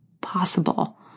possible